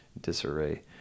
disarray